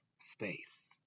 space